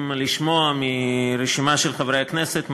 חברי הכנסת,